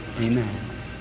Amen